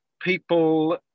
people